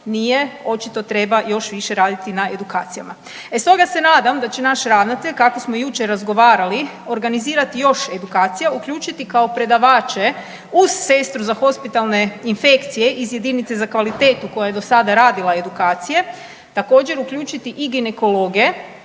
Nije, očito treba još više raditi na edukacijama. E stoga se nadam da će naš ravnatelj kako smo jučer razgovarali, organizirati još edukacija, uključiti kao predavače uz sestru za hospitalne infekcije iz jedinice za kvalitetu koja je do sada radila edukacije, također uključiti i ginekologe,